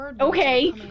Okay